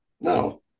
No